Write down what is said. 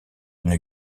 une